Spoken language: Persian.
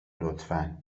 لطفا